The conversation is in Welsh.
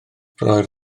roedd